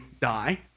die